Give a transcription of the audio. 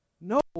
no